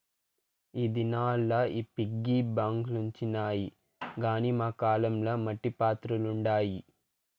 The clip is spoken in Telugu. ఈ దినాల్ల ఈ పిగ్గీ బాంక్ లొచ్చినాయి గానీ మా కాలం ల మట్టి పాత్రలుండాయి